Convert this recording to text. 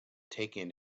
taken